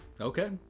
Okay